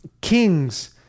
kings